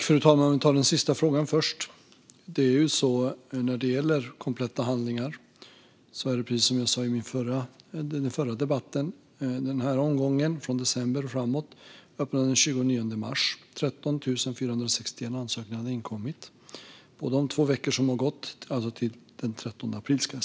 Fru talman! Jag tar den sista frågan först. När det gäller kompletta handlingar är det, precis som jag sa i den förra debatten, i den här omgången, från december och framåt, som öppnade den 29 mars, 13 461 ansökningar som inkommit fram till den 13 april.